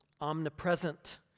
omnipresent